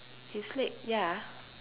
his leg ya